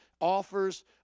offers